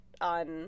on